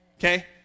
Okay